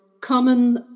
common